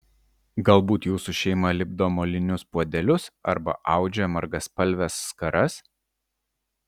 galbūt jūsų šeima lipdo molinius puodelius arba audžia margaspalves skaras